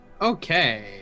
okay